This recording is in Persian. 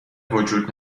وجود